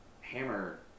hammer